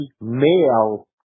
male